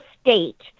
state